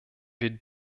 wir